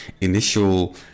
initial